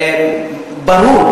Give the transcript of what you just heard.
ברור,